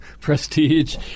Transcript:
prestige